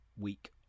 week